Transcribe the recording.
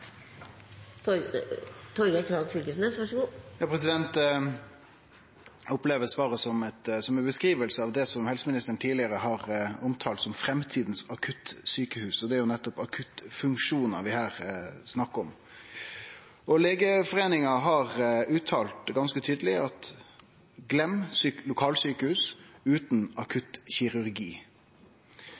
opplever svaret som ei beskriving av det som helseministeren tidlegare har omtalt som framtidas akuttsjukehus – og det er nettopp akuttfunksjonar vi her snakkar om. Legeforeininga har uttalt dette ganske tydeleg: Gløym lokalsjukehus utan akuttkirurgi! Det finst ingen akuttsjukehus utan